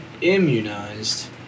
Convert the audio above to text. immunized